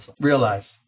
realize